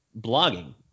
blogging